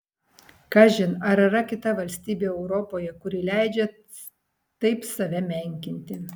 kažin ar yra kita valstybė europoje kuri leidžia taip save menkinti